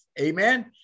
amen